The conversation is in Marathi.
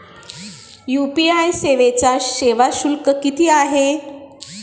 यू.पी.आय सेवेचा सेवा शुल्क किती आहे?